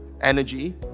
energy